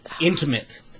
intimate